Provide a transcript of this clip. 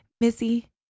missy